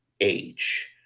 Age